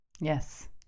Yes